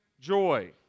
joy